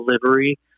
delivery